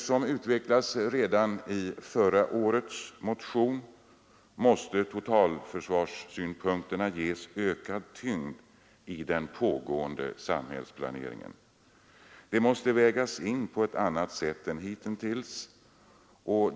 Som det utvecklades redan i förra årets motion måste totalförsvarssynpunkterna ges ökad tyngd i den pågående samhällsplaneringen. De måste vägas in på ett annat sätt än hittills.